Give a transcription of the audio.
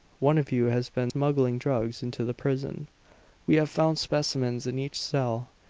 one of you has been smuggling drugs into the prison we have found specimens in each cell.